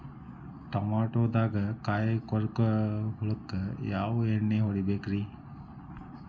ಟಮಾಟೊದಾಗ ಕಾಯಿಕೊರಕ ಹುಳಕ್ಕ ಯಾವ ಎಣ್ಣಿ ಹೊಡಿಬೇಕ್ರೇ?